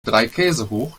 dreikäsehoch